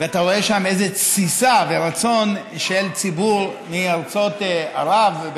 ואתה רואה שם איזו תסיסה ורצון של ציבור מארצות ערב,